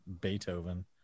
Beethoven